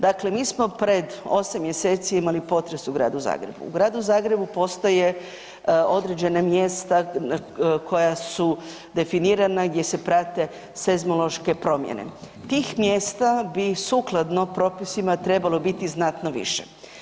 Dakle, mi smo pred osam mjeseci imali potres u Gradu Zagrebu, u Gradu Zagrebu postoje određena mjesta koja su definirana gdje se prate seizmološke promjene, tih mjesta bi sukladno propisima trebalo biti znatno više.